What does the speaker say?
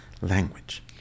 language